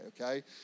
okay